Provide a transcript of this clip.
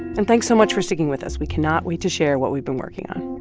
and thanks so much for sticking with us. we cannot wait to share what we've been working on